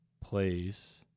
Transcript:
place